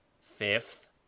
fifth